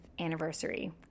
anniversary